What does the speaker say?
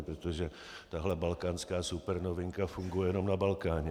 Protože tahle balkánská supernovinka funguje jenom na Balkáně.